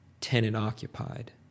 tenant-occupied